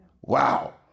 Wow